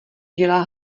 dělá